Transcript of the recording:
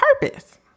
purpose